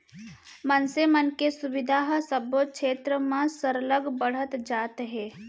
मनसे मन के सुबिधा ह सबो छेत्र म सरलग बढ़त जात हे